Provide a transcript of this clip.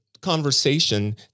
conversation